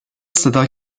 صدا